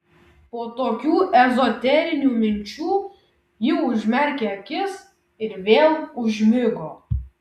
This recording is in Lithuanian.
po tokių ezoterinių minčių ji užmerkė akis ir vėl užmigo